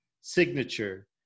Signature